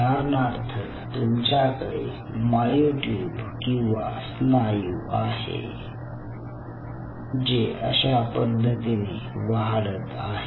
उदाहरणार्थ तुमच्याकडे मायोट्यूब किंवा स्नायू आहे जे अशा पद्धतीने वाढत आहे